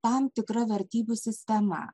tam tikra vertybių sistema